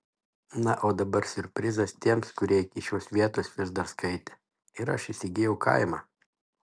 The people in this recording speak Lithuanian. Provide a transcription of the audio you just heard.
na o dabar siurprizas tiems kurie iki šios vietos vis dar skaitė ir aš įsigijau kaimą